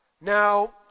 Now